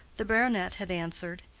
the baronet had answered,